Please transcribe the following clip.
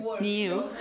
new